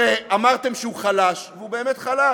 הרי אמרתם שהוא חלש, והוא באמת חלש.